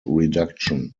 reduction